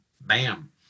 bam